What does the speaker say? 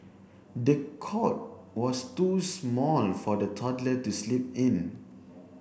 the cot was too small for the toddler to sleep in